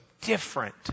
different